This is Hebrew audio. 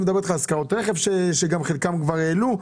אני מדבר אתך על השכרות רכב, שאת חלקן כבר העלו.